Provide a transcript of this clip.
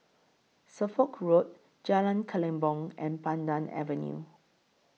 Suffolk Road Jalan Kelempong and Pandan Avenue